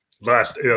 Last